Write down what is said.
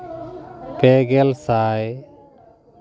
ᱯᱮ ᱜᱮᱞ ᱥᱟᱭ